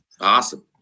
Awesome